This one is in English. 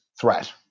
threat